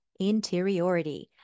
interiority